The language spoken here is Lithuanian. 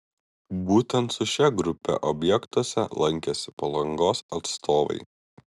būtent su šia grupe objektuose lankėsi palangos atstovai